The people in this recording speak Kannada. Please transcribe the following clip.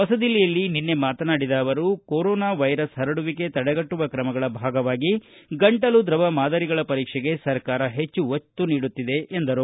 ಹೊಸದಿಲ್ಲಿಯಲ್ಲಿ ನಿನ್ನೆ ಮಾತನಾಡಿದ ಅವರು ಕೊರೋನಾ ವೈರಸ್ ಪರಡುವಿಕೆ ತಡೆಗಟ್ಟುವ ಕ್ರಮಗಳ ಭಾಗವಾಗಿ ಗಂಟಲು ದ್ರವ ಮಾದರಿಗಳ ಪರೀಕ್ಷೆಗೆ ಸರ್ಕಾರ ಹೆಚ್ಚು ಒತ್ತು ನೀಡುತ್ತಿದೆ ಎಂದರು